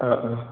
ആ ആ